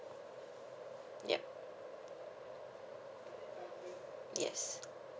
yup yes